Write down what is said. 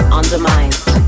undermined